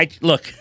Look